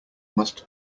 must